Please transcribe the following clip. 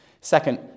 Second